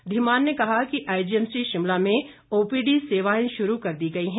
धीमान ने कहा कि आईजीएमसी शिमला में ओपीडी सेवाएं शुरू कर दी गई है